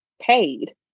paid